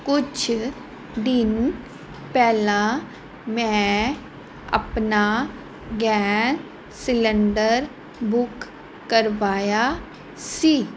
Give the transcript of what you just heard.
ਕੁਛ ਦਿਨ ਪਹਿਲਾਂ ਮੈਂ ਆਪਣਾ ਗੈ ਸਿਲੰਡਰ ਬੁੱਕ ਕਰਵਾਇਆ ਸੀ